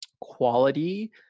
quality